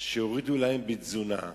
שהורידו להם בתזונה.